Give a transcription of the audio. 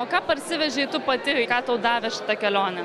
o ką parsivežei tu pati ką tau davė šita kelionė